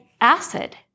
acid